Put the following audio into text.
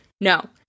No